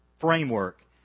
framework